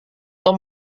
tom